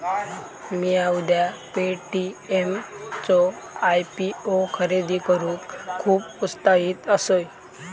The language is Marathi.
मिया उद्या पे.टी.एम चो आय.पी.ओ खरेदी करूक खुप उत्साहित असय